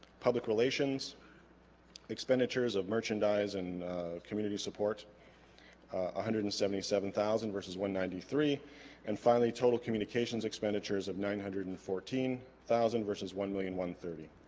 public relations expenditures of merchandise and community support one ah hundred and seventy seven thousand versus one ninety three and finally total communications expenditures of nine hundred and fourteen thousand versus one million one thirty